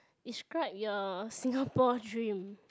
describe your Singapore dream